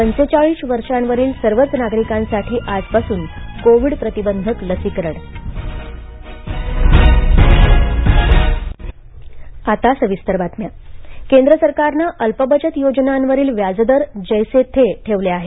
पंचेचाळीस वर्षांवरील सर्वच नागरिकांसाठी आजपासून कोविड प्रतिबंधक लसीकरण छोट्या गुंतवणूक केंद्र सरकारनं अल्पबचत योजनांवरील व्याजदर जैसे थे ठेवले आहेत